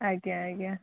ଆଜ୍ଞା ଆଜ୍ଞା